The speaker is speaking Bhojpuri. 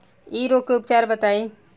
इ रोग के उपचार बताई?